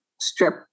strip